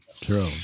True